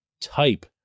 type